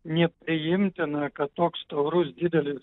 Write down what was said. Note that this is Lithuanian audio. nepriimtina kad toks taurus didelis